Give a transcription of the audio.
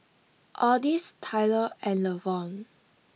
Odis Tylor and Lavon